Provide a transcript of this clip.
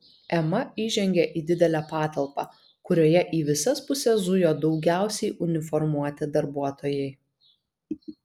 ema įžengė į didelę patalpą kurioje į visas puses zujo daugiausiai uniformuoti darbuotojai